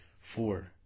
Four